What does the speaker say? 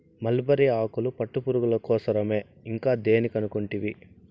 mulberry ఆకులు పట్టుపురుగుల కోసరమే ఇంకా దేని కనుకుంటివి